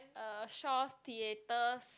uh Shaw Theatres